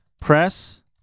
press